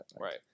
right